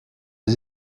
des